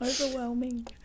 Overwhelming